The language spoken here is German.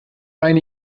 eine